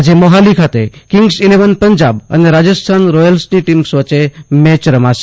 આજે મોહાલી ખાતે Kings Eleven Punjab અને રાજસ્થાન રોચલ્સ વચ્ચે મેચ રમાશે